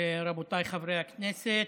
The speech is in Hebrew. רבותיי חברי הכנסת,